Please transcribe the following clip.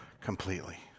completely